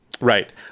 Right